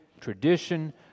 tradition